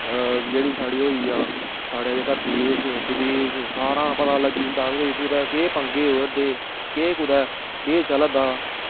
जेह्ड़ी साढ़ी होइया साढ़ा जेह्का देश विदेश सारा पता लग्गी जंदा ओह्दे ई केह् पंगे होआ दे केह् कुदै केह् चला दा